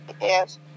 yes